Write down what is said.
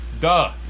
Duh